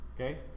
Okay